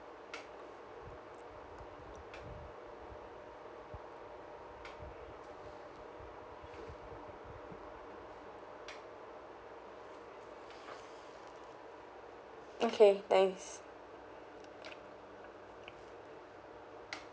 okay thanks